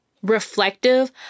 reflective